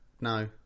No